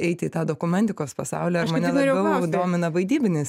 eiti į tą dokumentikos pasaulį ar mane labiau domina vaidybinis